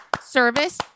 Service